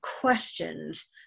questions